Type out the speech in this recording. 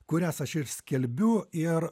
kurias aš ir skelbiu ir